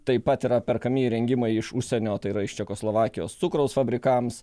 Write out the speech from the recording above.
taip pat yra perkami įrengimai iš užsienio tai yra iš čekoslovakijos cukraus fabrikams